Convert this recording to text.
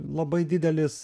labai didelis